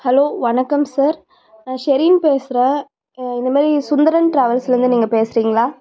hello வணக்கம் sir நான் ஷெரின் பேசுகிறேன் இந்தமாதிரி சுந்தரன் ட்ராவல்ஸ்லேருந்து நீங்கள் பேசுகிறிங்களா